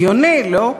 הגיוני, לא?